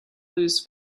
lose